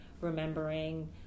remembering